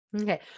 Okay